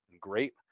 great